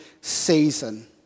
season